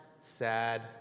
sad